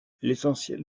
l’essentiel